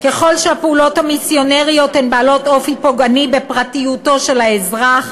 ככל שהפעולות המסיונריות הן בעלות אופי פוגעני בפרטיותו של האזרח,